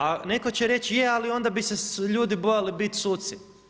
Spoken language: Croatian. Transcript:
A netko će reći je, ali onda bi se ljudi bojali biti suci.